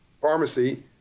pharmacy